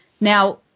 Now